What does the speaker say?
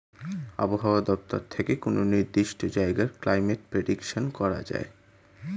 আবহাওয়া দপ্তর থেকে কোনো নির্দিষ্ট জায়গার ক্লাইমেট প্রেডিকশন করা যায়